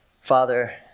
Father